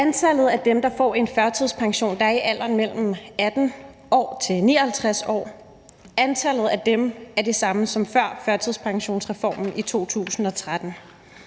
Antallet af dem, der får en førtidspension, og som er i alderen 18 til 59 år, er det samme som før førtidspensionsreformen i 2013.